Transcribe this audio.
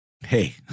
Hey